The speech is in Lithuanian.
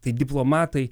tai diplomatai